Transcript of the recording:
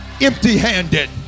empty-handed